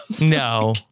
No